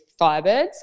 Firebirds